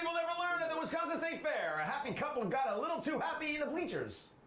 never learn. at the wisconsin state fair, a happy couple and got a little too happy in the bleachers.